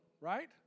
right